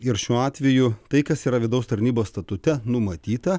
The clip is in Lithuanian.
ir šiuo atveju tai kas yra vidaus tarnybos statute numatyta